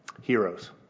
heroes